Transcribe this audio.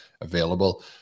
available